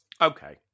Okay